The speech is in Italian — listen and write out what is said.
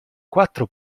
quattro